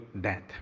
death